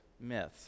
myths